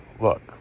look